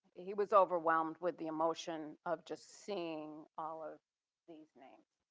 he was overwhelmed with the emotion of just seeing all of these names.